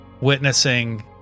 witnessing